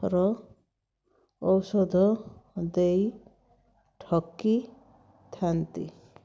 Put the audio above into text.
ର ଔଷଧ ଦେଇ ଠକିଥାନ୍ତି